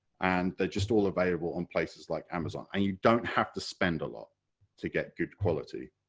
and they're just all available on places like amazon, and you don't have to spend a lot to get good quality.